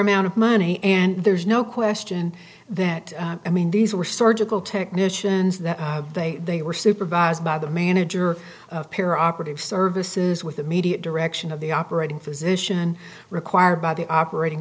amount of money and there's no question that i mean these were surgical technicians that they they were supervised by the manager peer operative services with immediate direction of the operating physician required by the operating